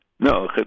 No